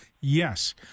Yes